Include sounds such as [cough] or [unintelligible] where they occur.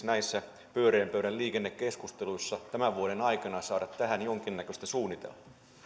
[unintelligible] näissä pyöreän pöydän liikennekeskusteluissa tämän vuoden aikana saada tähän jonkinnäköistä suunnitelmaa